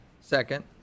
Second